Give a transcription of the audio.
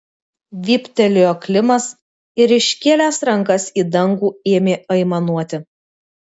vyptelėjo klimas ir iškėlęs rankas į dangų ėmė aimanuoti